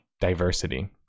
diversity